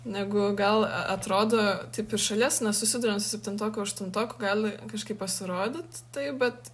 negu gal atrodo taip iš šalies nesusiduriant su septintoku aštuntoku gali kažkaip pasirodyt taip bet